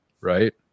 right